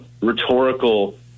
rhetorical